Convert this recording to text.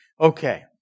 Okay